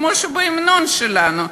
כמו בהמנון שלנו,